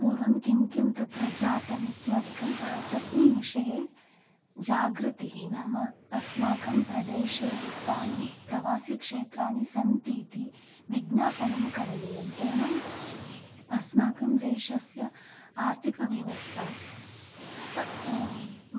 पूर्वं किं किं तत्र जातम् इत्यादिकं ते तस्मिन् विषये जागृतिः नाम अस्माकं प्रदेशे एतानि प्रवासीक्षेत्राणि सन्ति इति विज्ञापनं करणीयं तेन अस्माकं देशस्य आर्थिकव्यवस्थायाः